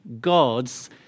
God's